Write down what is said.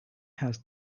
has